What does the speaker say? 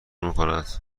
میکند